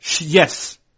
Yes